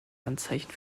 anzeichen